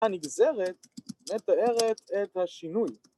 ‫הנגזרת מתארת את השינוי.